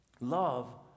Love